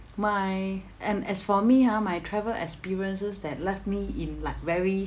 my and as for me ha my travel experiences that left me in like very